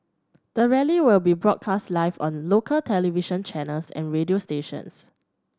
the rally will be broadcast live on local television channels and radio stations